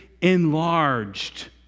enlarged